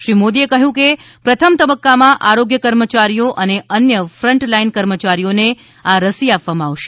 શ્રી મોદીએ કહ્યું કે પ્રથમ તબક્કામાં આરોગ્ય કર્મચારીઓ અને અન્ય ફન્ટલાઈન કર્મચારીઓને આ રસી આપવામાં આવશે